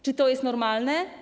Czy to jest normalne?